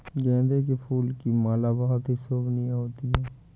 गेंदे के फूल की माला बहुत ही शोभनीय होती है